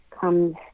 comes